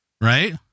right